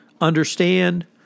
understand